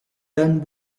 dan